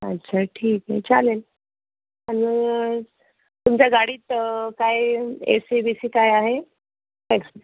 अच्छा ठीक आहे चालेल आणि तुमच्या गाडीत काय एसी बीसी काय आहे